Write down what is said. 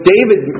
David